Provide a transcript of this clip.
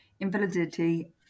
invalidity